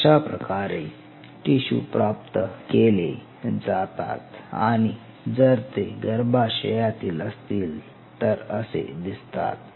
अशाप्रकारे टिशू प्राप्त केले जातात आणि जर ते गर्भाशयातील असतील तर असे दिसतात